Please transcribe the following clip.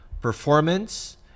performance